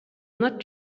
not